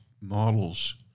models